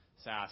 SaaS